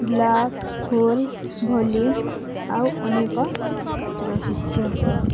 black hole ଭଳି ଆଉ ଅନେକ ରହିଛି